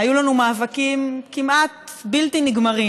היו לנו מאבקים כמעט בלתי נגמרים.